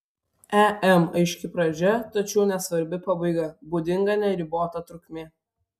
em aiški pradžia tačiau nesvarbi pabaiga būdinga neribota trukmė